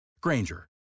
Granger